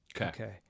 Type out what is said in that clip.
Okay